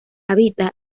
habita